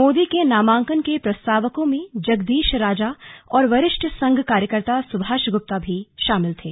मोदी के नामांकन के प्रस्तावकों में जगदीश राजा और वरिष्ठ संघ कार्यकर्ता सुभाष गुप्ता भी शामिल थे